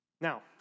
Now